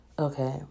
Okay